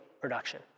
production